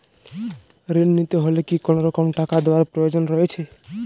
ঋণ নিতে হলে কি কোনরকম টাকা দেওয়ার প্রয়োজন রয়েছে?